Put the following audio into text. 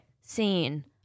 scene